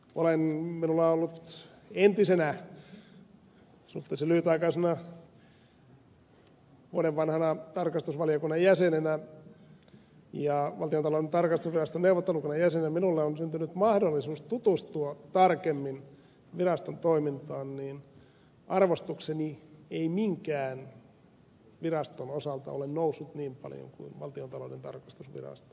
minulla on ollut entisenä suhteellisen lyhytaikaisena vuoden vanhana tarkastusvaliokunnan jäsenenä ja valtiontalouden tarkastusviraston neuvottelukunnan nykyisenä jäsenenä syntynyt mahdollisuus tutustua tarkemmin viraston toimintaan ja arvostukseni ei minkään viraston osalta ole noussut niin paljon kuin valtiontalouden tarkastusviraston